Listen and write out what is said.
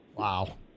Wow